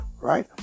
right